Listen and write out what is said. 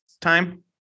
time